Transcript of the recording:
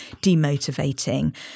demotivating